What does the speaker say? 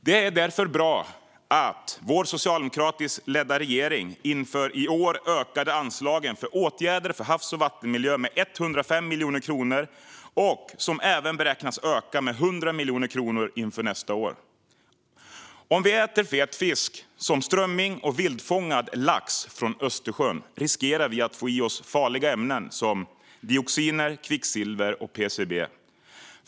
Det är därför bra att vår socialdemokratiskt ledda regering inför i år ökade anslagen för åtgärder för havs och vattenmiljö med 105 miljoner kronor. Detta beräknas även öka med 100 miljoner kronor inför nästa år. Om vi äter fet fisk som strömming och vildfångad lax från Östersjön riskerar vi att få i oss farliga ämnen som dioxiner, kvicksilver och PCB.